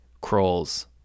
crawls